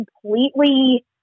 completely